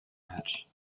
hedge